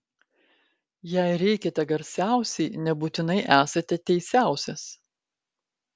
jei rėkiate garsiausiai nebūtinai esate teisiausias